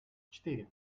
четыре